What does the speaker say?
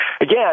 Again